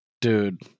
dude